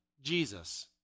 Jesus